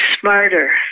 smarter